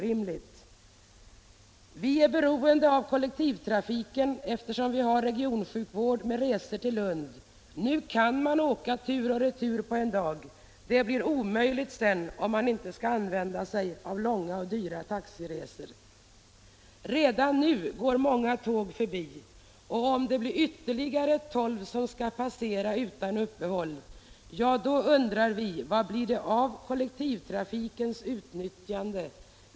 Att det dagliga resandet skall bli både dyrare och mer tidskrävande framstår som orimligt. Vi är beroende av kollektivtrafiken, eftersom vi har regionsjukvård med resor till Lund. Nu kan man åka tur och retur på en dag. Det blir omöjligt sedan, om man inte skall använda sig av långa och dyra taxiresor. Redan nu går många tåg förbi. Om ytterligare 12 tåg skall passera utan uppehåll undrar vi: Vad blir det av kollektivtrafikens utnyttjande?